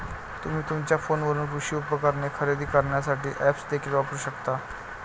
तुम्ही तुमच्या फोनवरून कृषी उपकरणे खरेदी करण्यासाठी ऐप्स देखील वापरू शकता